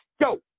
Go